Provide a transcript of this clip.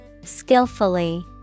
Skillfully